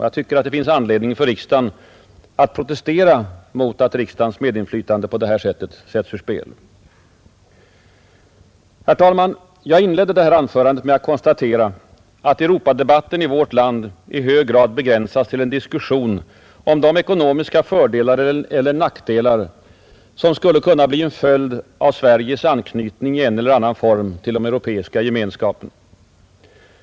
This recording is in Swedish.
Jag tycker att det finns anledning för riksdagen att protestera mot att riksdagens medinflytande på detta sätt sätts ur spel. Herr talman! Jag inledde detta anförande med att konstatera att Europadebatten i vårt land i hög grad har begränsats till en diskussion om de ekonomiska fördelar eller nackdelar som skulle kunna bli en följd av Sveriges anknytning i en eller annan form till den Europeiska Gemenskapen.